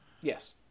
Yes